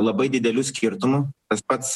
labai didelių skirtumų tas pats